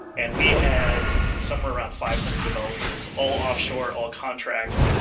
and we had somewhere around five hundred developers, all offshore, all contract,